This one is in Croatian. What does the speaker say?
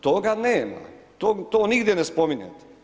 Toga nema, to nigdje ne spominjete.